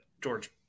George